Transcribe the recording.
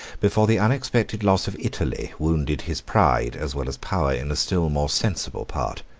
before the unexpected loss of italy wounded his pride as well as power in a still more sensible part.